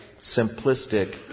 simplistic